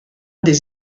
des